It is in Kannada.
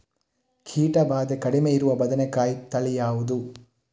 ಕೀಟ ಭಾದೆ ಕಡಿಮೆ ಇರುವ ಬದನೆಕಾಯಿ ತಳಿ ಯಾವುದು?